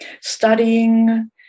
studying